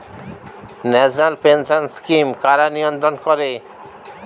National pension scheme কারা নিয়ন্ত্রণ করে?